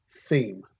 theme